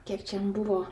kiek čia jam buvo